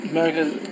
America